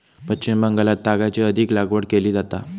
पश्चिम बंगालात तागाची अधिक लागवड केली जाता